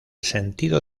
sentido